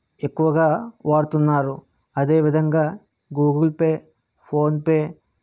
ఎక్కువగా వాడుతున్నారు అదేవిధంగా గూగుల్ పే ఫోన్పే